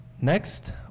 Next